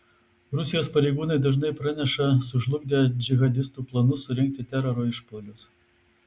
rusijos pareigūnai dažnai praneša sužlugdę džihadistų planus surengti teroro išpuolius